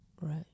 Right